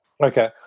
Okay